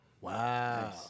Wow